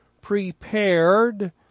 prepared